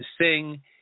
sing